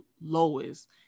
lowest